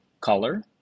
color